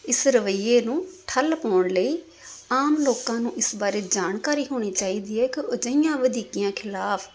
ਇਸ ਰਵੱਈਏ ਨੂੰ ਠੱਲ੍ਹ ਪਾਉਣ ਲਈ ਆਮ ਲੋਕਾਂ ਨੂੰ ਇਸ ਬਾਰੇ ਜਾਣਕਾਰੀ ਹੋਣੀ ਚਾਹੀਦੀ ਹੈ ਕਿ ਉਹ ਅਜਿਹੀਆਂ ਵਧੀਕੀਆਂ ਖਿਲਾਫ਼